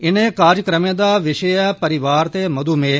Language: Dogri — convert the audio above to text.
इनें कार्यक्रमें दा विषे ऐ परिवार ते मधुमेह